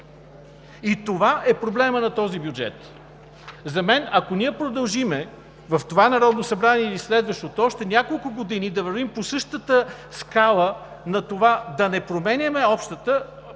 И това е проблемът на този бюджет. Ако ние продължим в това Народно събрание или в следващото още няколко години да вървим по същата скала на това да не променяме общата